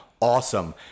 awesome